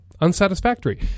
unsatisfactory